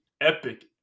epic